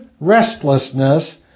restlessness